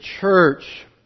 church